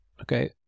okay